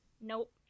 nope